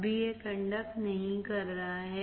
अभी यह कंडक्ट नहीं कर रहा है